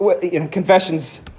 Confessions